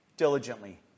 diligently